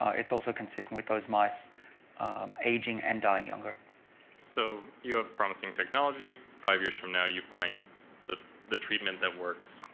it's also consistent with those mice aging and dying younger. audience so you a promising technology. five years from now, you find that the treatment that works.